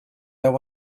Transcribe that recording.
there